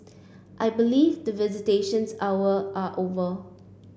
I believe the visitations hour are over